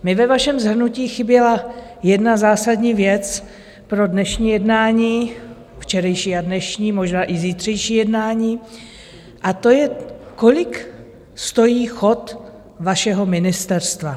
Mně ve vašem shrnutí chyběla jedna zásadní věc pro dnešní jednání, včerejší a dnešní, možná i zítřejší jednání, a to je, kolik stojí chod vašeho ministerstva.